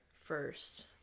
first